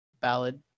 ballad